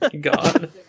God